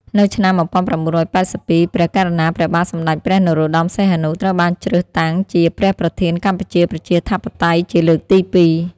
នៅឆ្នាំ១៩៨២ ព្រះករុណាព្រះបាទសម្តេចព្រះនរោត្តម សីហនុ ត្រូវបានជ្រើសតាំងជា ព្រះប្រធានកម្ពុជាប្រជាធិបតេយ្យជាលើកទី២។